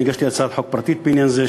הגשתי הצעת חוק פרטית בעניין זה.